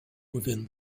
within